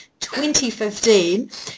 2015